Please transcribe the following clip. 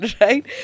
right